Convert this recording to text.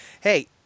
Hey